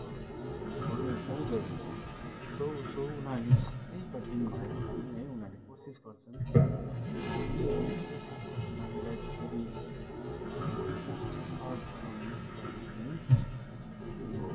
त्यसै कारण पढ्नु एकदमै जरुरी छ सो उसो उनीहरूले जस्तै कठिन भए पनि है उनीहरूले कोसिस गर्छन् एकदमै है त्यो शिक्षा प्रणालीलाई कसरी सहज बनाउने स्तरमा है अनि